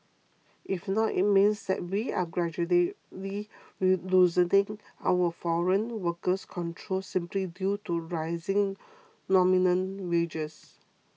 if not it means that we are gradually loosening our foreign worker controls simply due to rising nominal wages